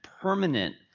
permanent